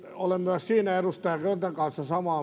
olen myös siinä edustaja köntän kanssa samaa